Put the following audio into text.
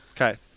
Okay